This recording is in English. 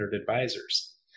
Advisors